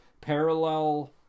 parallel